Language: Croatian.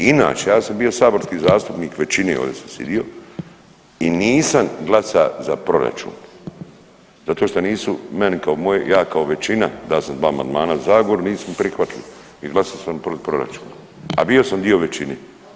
Inače ja sam bio saborski zastupnik većine ovdje sam sjedio i nisam glasao za proračun zato što nisu meni, ja kao većina dao sam dva amandmana Zagori nisu mi prihvatili i glasao sam protiv proračuna, a bio sam dio većine.